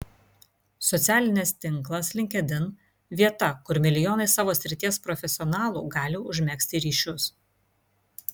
socialinis tinklas linkedin vieta kur milijonai savo srities profesionalų gali užmegzti ryšius